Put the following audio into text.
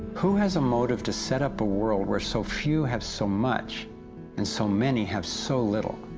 who has a motive to set up a world, where so few have so much and so many have so little?